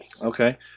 Okay